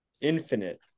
infinite